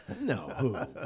No